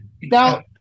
Now